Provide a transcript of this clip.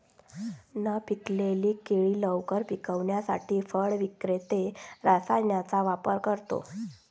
न पिकलेली केळी लवकर पिकवण्यासाठी फळ विक्रेते रसायनांचा वापर करतात